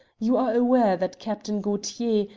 you are aware that captain gaultier,